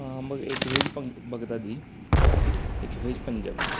हां मग एक वेज पंग बघता ती एक वेज पंजाबी